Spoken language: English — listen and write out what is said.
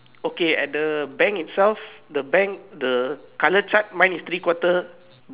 okay and the bank itself the bank the color chart mine is three quarter